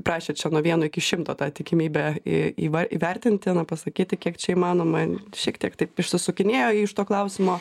prašė čia nuo vieno iki šimto tą tikimybę į įva įvertinti na pasakyti kiek čia įmanoma šiek tiek taip išsisukinėjo ji iš to klausimo